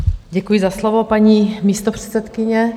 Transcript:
Děkuji za slovo, paní místopředsedkyně.